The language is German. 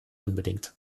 unbedingt